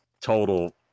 total